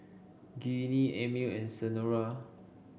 Ginny Amil and Senora